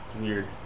weird